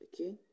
Okay